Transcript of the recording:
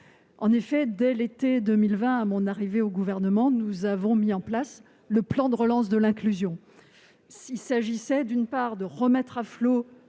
Soilihi, dès l'été 2020, à mon arrivée au Gouvernement, nous avons mis en place le plan de relance pour l'inclusion. Il s'agissait, d'une part, de remettre à flot